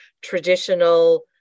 traditional